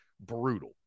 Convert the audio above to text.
brutal